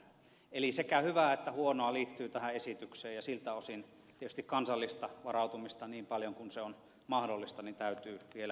eli sekä hyvää että huonoa liittyy tähän esitykseen ja siltä osin tietysti kansallista varautumista niin paljon kuin se on mahdollista täytyy vielä kyetä huomioimaan